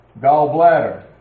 Gallbladder